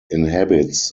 inhabits